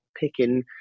picking